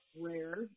rare